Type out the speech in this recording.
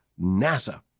NASA